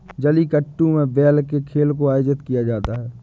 जलीकट्टू में बैल के खेल को आयोजित किया जाता है